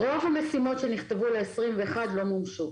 רוב המשימות שנכתבו ל-2021 לא מומשו.